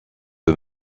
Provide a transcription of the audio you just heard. eux